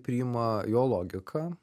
priima jo logiką